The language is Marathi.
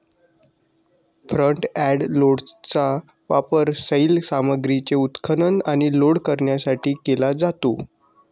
फ्रंट एंड लोडरचा वापर सैल सामग्रीचे उत्खनन आणि लोड करण्यासाठी केला जातो